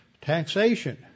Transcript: taxation